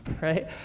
right